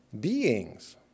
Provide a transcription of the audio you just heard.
beings